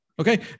Okay